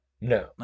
No